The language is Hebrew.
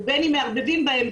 ובין אם מערבבים בהם,